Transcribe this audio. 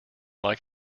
like